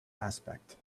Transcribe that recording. aspect